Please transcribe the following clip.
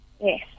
Yes